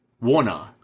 Warner